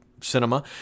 Cinema